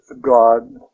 God